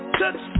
touch